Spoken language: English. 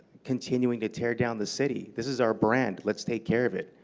continuing to tear down the city. this is our brand. let's take care of it.